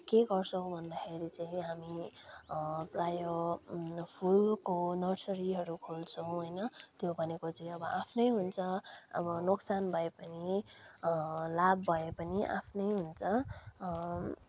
के गर्छौँ भन्दाखेरि चाहिँ हामी प्रायः फुलको नर्सरीहरू खोल्छौँ होइन त्यो भनेको चाहिँ अब आफ्नै हुन्छ अब नोक्सान भए पनि अब लाभ भए पनि आफ्नै हुन्छ